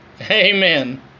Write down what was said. Amen